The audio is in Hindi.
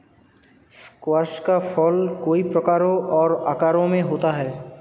स्क्वाश का फल कई प्रकारों और आकारों में होता है